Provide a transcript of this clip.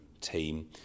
team